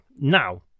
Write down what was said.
Now